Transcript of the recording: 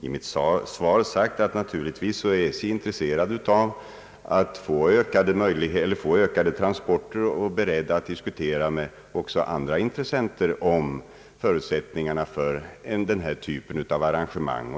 I mitt svar sade jag att SJ naturligtvis har intresse av att få ökade transporter och att man därför är beredd att diskutera förutsättningarna för sådana här arrangemang även med andra intressenter.